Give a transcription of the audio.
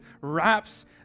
wraps